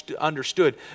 understood